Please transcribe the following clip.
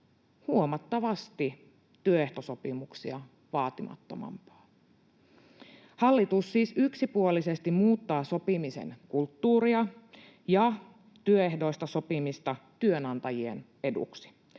huomattavasti työehtosopimuksia vaatimattomampaa. Hallitus siis yksipuolisesti muuttaa sopimisen kulttuuria ja työehdoista sopimista työnantajien eduksi.